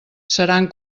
seran